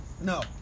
no